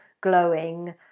glowing